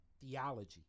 theology